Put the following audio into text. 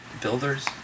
Builders